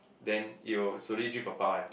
then it will slowly drift apart one